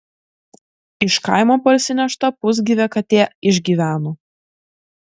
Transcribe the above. iš kaimo parsinešta pusgyvė katė išgyveno